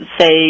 say